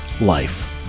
life